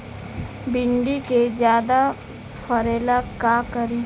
भिंडी के ज्यादा फरेला का करी?